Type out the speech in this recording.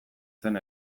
zen